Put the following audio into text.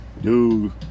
Dude